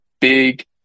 big